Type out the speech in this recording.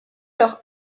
leur